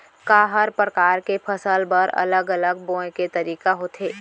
का हर प्रकार के फसल बर अलग अलग बोये के तरीका होथे?